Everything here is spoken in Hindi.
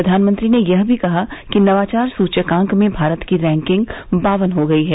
प्रधानमंत्री ने यह भी कहा कि नवाचार सूचकांक में भारत की रैंकिंग बावन हो गई है